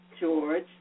George